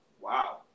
Wow